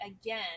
again